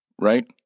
right